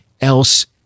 else